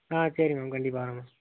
ஆ சரி மேம் கண்டிப்பா மேம்